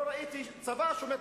לא ראיתי צבא שאומר: